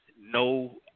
no